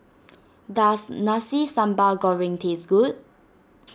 does Nasi Sambal Goreng taste good